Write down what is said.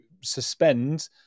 suspend